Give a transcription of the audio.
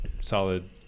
solid